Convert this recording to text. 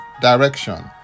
direction